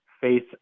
face